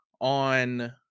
on